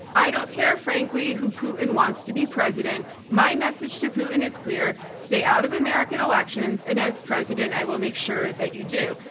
i don't care, frankly, who putin wants to be president. my message to putin is clear stay out of american elections, and as president i will make sure that you do.